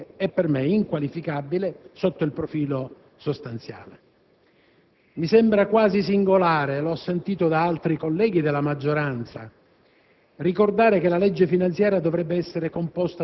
ma anche molto discutibile, e per me inqualificabile, sotto il profilo sostanziale. Mi sembra quasi singolare - l'ho sentito da alcuni colleghi della maggioranza